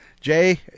Jay